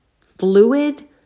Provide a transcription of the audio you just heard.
fluid